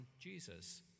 Jesus